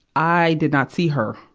i did not see her,